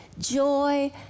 joy